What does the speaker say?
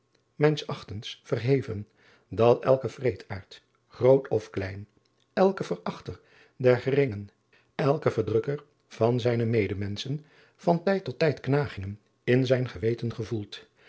mijns achtens verheven dat elke wreedaard groot of klein elke verachter der geringen elke verdrukker van zijne medemenschen van tijd tot tijd knagingen in zijn geweten gevoelt